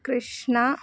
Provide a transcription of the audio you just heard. Krishna